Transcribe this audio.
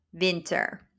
winter